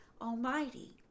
Almighty